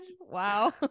Wow